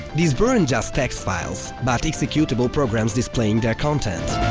these weren't just textfiles, but executable programs displaying their content.